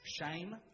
shame